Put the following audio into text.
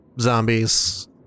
zombies